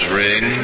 ring